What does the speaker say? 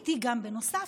בנוסף,